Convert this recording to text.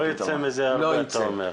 לא ייצא מזה הרבה אתה אומר.